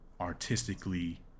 artistically